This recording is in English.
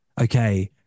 okay